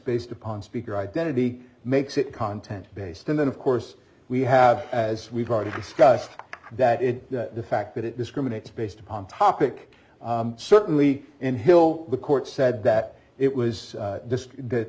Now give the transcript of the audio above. based upon speaker identity makes it content based and then of course we have as we've already discussed that it the fact that it discriminates based upon topic certainly in hill the court said that it was just